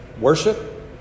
worship